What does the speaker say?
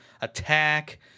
attack